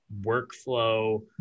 workflow